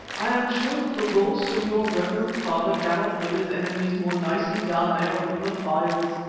i am sure that the ghost of your reverend father cannot kill his enemies more nicely down there among the fires.